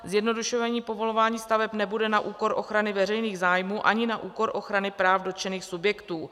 Zjednodušení povolování staveb nebude na úkor ochrany veřejných zájmů ani na úkor ochrany práv dotčených subjektů.